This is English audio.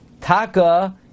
taka